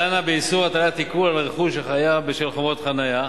דנה באיסור הטלת עיקול על הרכוש החייב בשל חובות חנייה.